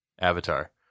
avatar